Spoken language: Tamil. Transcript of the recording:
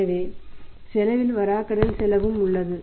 எனவே செலவில் வராக்கடன் செலவும் உள்ளது